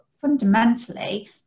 fundamentally